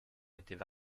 étaient